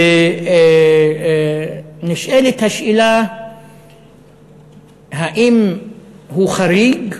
ונשאלת השאלה אם הוא חריג,